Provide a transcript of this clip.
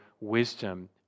wisdom